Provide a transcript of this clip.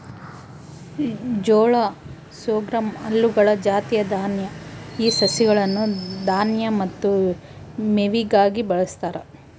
ಜೋಳ ಸೊರ್ಗಮ್ ಹುಲ್ಲುಗಳ ಜಾತಿಯ ದಾನ್ಯ ಈ ಸಸ್ಯಗಳನ್ನು ದಾನ್ಯ ಮತ್ತು ಮೇವಿಗಾಗಿ ಬಳಸ್ತಾರ